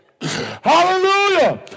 Hallelujah